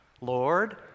Lord